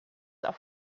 auf